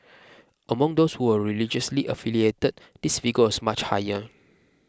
among those who were religiously affiliated this figure was much higher